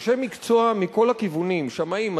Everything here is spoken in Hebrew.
אנשי מקצוע מכל הכיוונים: שמאים,